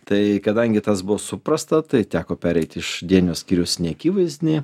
tai kadangi tas buvo suprasta tai teko pereiti iš dieninio skyrius neakivaizdinį